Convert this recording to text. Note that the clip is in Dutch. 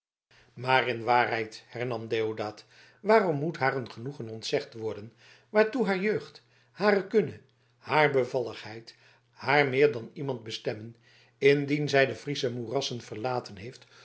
maar in waarheid hernam deodaat waarom moet haar een genoegen ontzegd worden waartoe haar jeugd haar kunne haar bevalligheid haar meer dan iemand bestemmen indien zij de friesche moerassen verlaten heeft